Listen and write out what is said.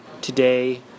today